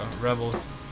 Rebels